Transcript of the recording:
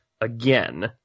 again